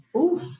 Oof